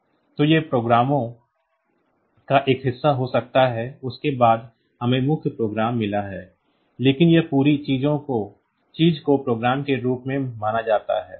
तो यह प्रोग्रामों का एक हिस्सा हो सकता है उसके बाद हमें मुख्य प्रोग्राम मिला है लेकिन इस पूरी चीज को प्रोग्राम के रूप में माना जा सकता है